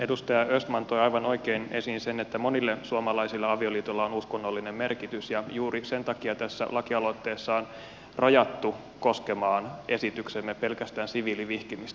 edustaja östman toi aivan oikein esiin sen että monille suomalaisille avioliitolla on uskonnollinen merkitys ja juuri sen takia tässä lakialoitteessa on rajattu esityksemme koskemaan pelkästään siviilivihkimistä